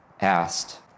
asked